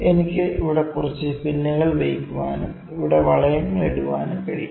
എനിക്ക് ഇവിടെ കുറച്ച് പിന്നുകൾ വയ്ക്കാനും ഇവിടെ വളയങ്ങൾ ഇടാനും കഴിയും